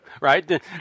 Right